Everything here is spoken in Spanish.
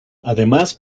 además